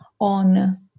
on